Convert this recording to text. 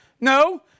no